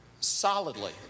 solidly